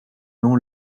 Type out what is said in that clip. non